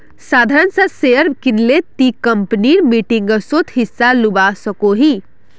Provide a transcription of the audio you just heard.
साधारण सा शेयर किनले ती कंपनीर मीटिंगसोत हिस्सा लुआ सकोही